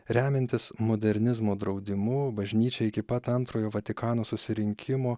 remiantis modernizmo draudimu bažnyčia iki pat antrojo vatikano susirinkimo